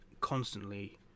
constantly